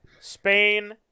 Spain